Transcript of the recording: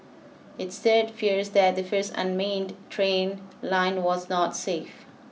it stirred fears that the first unmanned train line was not safe